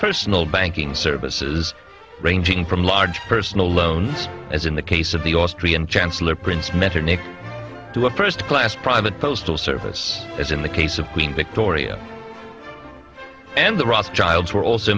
personal banking services ranging from large personal loans as in the case of the austrian chancellor prince metternich to a first class private postal service as in the case of queen victoria and the rothschilds were also